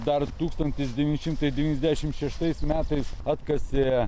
dar tūkstantis devyni šimtai devyniasdešim šeštais metais atkasė